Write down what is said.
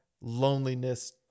loneliness